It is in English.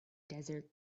desert